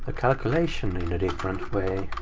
ah calculation in a different way.